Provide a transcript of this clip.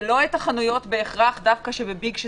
ולא את החנויות בהכרח דווקא בביג,